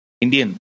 Indian